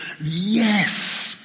Yes